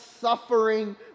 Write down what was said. suffering